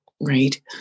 right